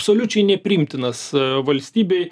absoliučiai nepriimtinas valstybei